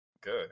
Good